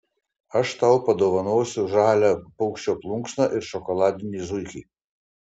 aš tau padovanosiu žalią paukščio plunksną ir šokoladinį zuikį